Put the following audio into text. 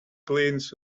cleans